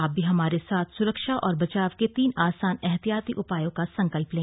आप भी हमारे साथ सुरक्षा और बचाव के तीन आसान एहतियाती उपायों का संकल्प लें